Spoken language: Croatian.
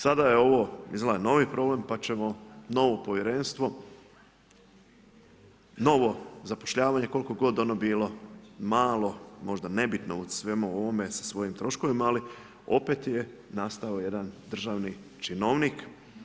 Sada je ovo izgleda novi problem pa ćemo novo povjerenstvo, novo zapošljavanje koliko god ono bilo malo, možda nebitno u svemu ovome sa svojim troškovima ali opet je nastao jedan državni činovnik.